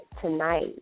tonight